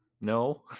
No